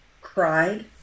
cried